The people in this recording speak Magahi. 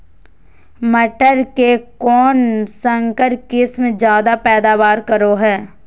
मटर के कौन संकर किस्म जायदा पैदावार करो है?